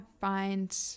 find